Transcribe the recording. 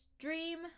dream